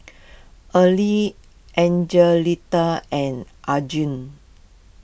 early Angelita and Arjun